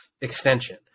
extension